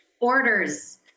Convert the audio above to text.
orders